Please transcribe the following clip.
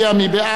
מי בעד?